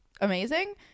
amazing